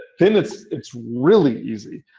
then it's it's really easy.